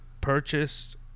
purchased